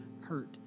hurt